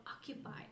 occupied